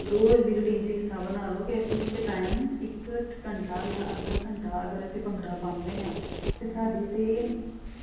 ਰੋਜ਼ ਦੀ ਰੂਟੀਨ 'ਚ ਹਿੱਸਾ ਬਣਾ ਲਓ ਕਿ ਅਸੀਂ ਇੱਕ ਟਾਈਮ ਇੱਕ ਘੰਟਾ ਜਾਂ ਅੱਧਾ ਘੰਟਾ ਅਗਰ ਅਸੀਂ ਭੰਗੜਾ ਪਾਉਂਦੇ ਹਾਂ ਤਾਂ ਸਾਡੇ ਤਾਂ